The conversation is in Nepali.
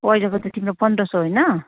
पहिलाको त तिम्रो पन्ध्र सय होइन